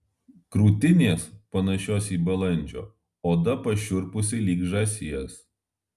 krūtinės panašios į balandžio oda pašiurpusi lyg žąsies